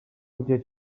gdzie